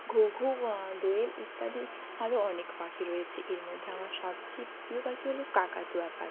ঘুঘু দোয়েল ইত্যাদি আরও অনেক পাখি রয়েছে এর মধ্যে আমার সবচেয়ে প্রিয় পাখি হলো কাকাতুয়া পাখি